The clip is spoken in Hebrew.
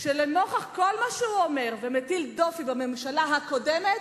שלנוכח כל מה שהוא אומר ומטיל דופי בממשלה הקודמת,